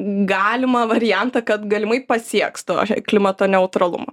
galimą variantą kad galimai pasieks to klimato neutralumo